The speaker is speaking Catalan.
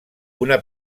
una